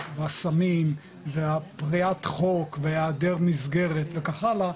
והסמים ופריעת החוק והיעדר מסגרת וכן הלאה,